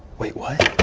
wait what?